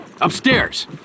upstairs